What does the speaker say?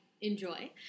enjoy